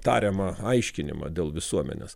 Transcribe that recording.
tariamą aiškinimą dėl visuomenės